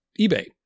eBay